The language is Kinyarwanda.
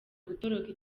gutoroka